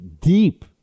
deep